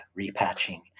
repatching